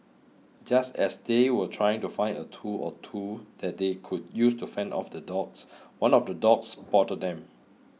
just as they were trying to find a tool or two that they could use to fend off the dogs one of the dogs spotted them